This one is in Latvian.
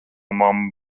mamma